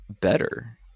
better